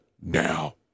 Now